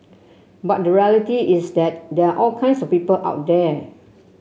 but the reality is that there are all kinds of people out there